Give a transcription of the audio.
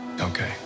okay